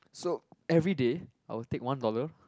so everyday I'll take one dollar